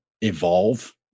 evolve